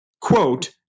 quote